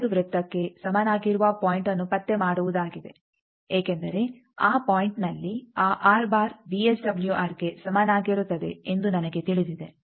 5 ವೃತ್ತಕ್ಕೆ ಸಮನಾಗಿರುವ ಪಾಯಿಂಟ್ಅನ್ನು ಪತ್ತೆಮಾಡುವುದಾಗಿದೆ ಏಕೆಂದರೆ ಆ ಪಾಯಿಂಟ್ನಲ್ಲಿ ಆ ವಿಎಸ್ಡಬ್ಲ್ಯೂಆರ್ಗೆ ಸಮನಾಗಿರುತ್ತದೆ ಎಂದು ನನಗೆ ತಿಳಿದಿದೆ